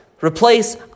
replace